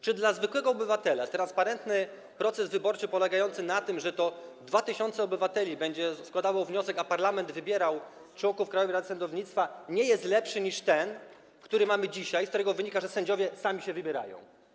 Czy dla zwykłego obywatela transparentny proces wyborczy, polegający na tym, że to 2 tys. obywateli będzie składało wniosek, a parlament będzie wybierał członków Krajowej Rady Sądownictwa, nie jest lepszy niż ten, który mamy dzisiaj i z którego wynika, że sędziowie sami się wybierają?